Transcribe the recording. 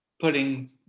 putting